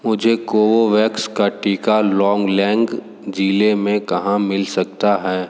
मुझे कोवोवैक्स का टीका लोंगलेंग ज़िले में कहाँ मिल सकता हैं